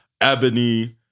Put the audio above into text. Ebony